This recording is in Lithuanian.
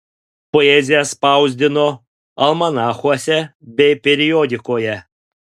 poeziją spausdino almanachuose bei periodikoje